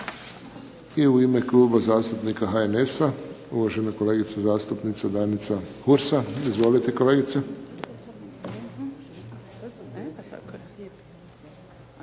I u ime Kluba zastupnika HNS-a uvažena kolegica, zastupnica Danica Hursa. Izvolite, kolegice.